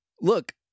Look